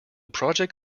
project